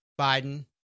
Biden